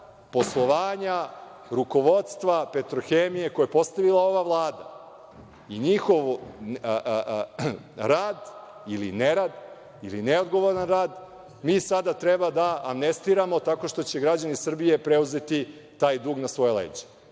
poslovanja, rukovodstva „Petrohemije“ koje je postavila ova Vlada. NJihov rad ili nerad ili neodgovoran rad mi sada treba amnestiramo tako što će građani Srbije preuzeti taj dug na svoja leđa,